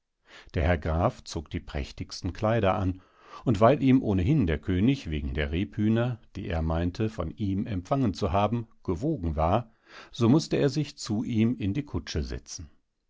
der herr graf zog die prächtigsten kleider an und weil ihm ohnehin der könig wegen der rebhüner die er meinte von ihm empfangen zu haben gewogen war so mußte er sich zu ihm in die kutsche setzen